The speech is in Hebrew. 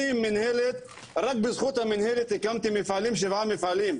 אני עם מנהלת רק בזכות המנהלת הקמתי שבעה מפעלים,